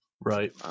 Right